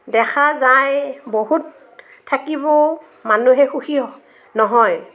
দেখা যায় বহুত থাকিবও মানুহে সুখী হয়